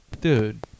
Dude